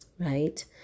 right